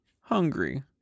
hungry